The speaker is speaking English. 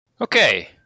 Okay